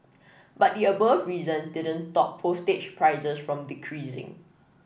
but the above reason didn't stop postage prices from decreasing